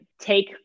take